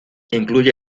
incluye